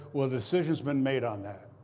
well, the decision has been made on that.